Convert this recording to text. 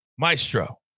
Maestro